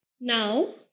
Now